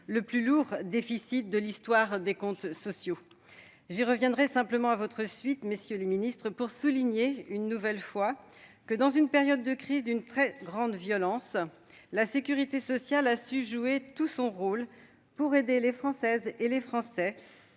le plus lourd déficit de l'histoire des comptes sociaux. J'y reviendrai simplement à votre suite, messieurs les ministres, pour souligner une nouvelle fois que, dans une période de crise d'une très grande violence, la sécurité sociale a su pleinement jouer son rôle en aidant les Françaises et les Français,